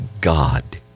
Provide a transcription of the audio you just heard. God